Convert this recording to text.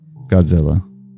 Godzilla